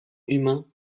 humain